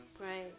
Right